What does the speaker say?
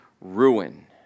ruin